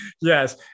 yes